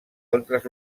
altres